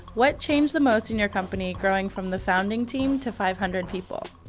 what changed the most in your company growing from the founding team to five hundred and people?